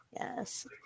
Yes